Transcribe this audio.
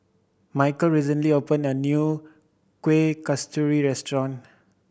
Michal recently opened a new Kuih Kasturi restaurant